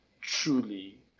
truly